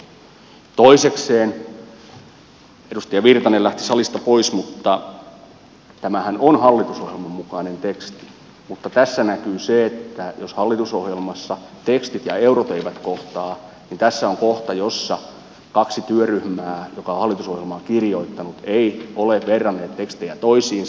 toisekseen edustaja virtanen lähti salista pois tämähän on hallitusohjelman mukainen teksti mutta tässä näkyy se että jos hallitusohjelmassa tekstit ja eurot eivät kohtaa niin tässä on kohta jossa kaksi työryhmää jotka ovat hallitusohjelmaa kirjoittaneet eivät ole verranneet tekstejä toisiinsa